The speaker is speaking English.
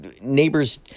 neighbors